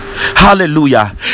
Hallelujah